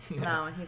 No